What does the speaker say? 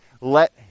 let